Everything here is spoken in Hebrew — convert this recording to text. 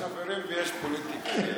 יש חברים ויש פוליטיקה.